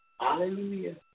Hallelujah